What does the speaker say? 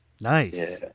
Nice